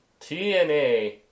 TNA